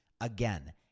Again